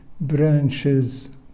branches